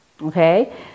okay